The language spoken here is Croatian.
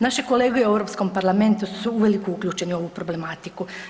Naše kolege u Europskom parlamentu su uvelike uključeni u ovu problematiku.